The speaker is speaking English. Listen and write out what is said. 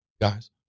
guys